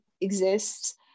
exists